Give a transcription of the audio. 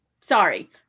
sorry